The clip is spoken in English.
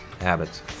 habits